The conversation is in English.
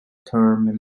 term